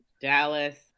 Dallas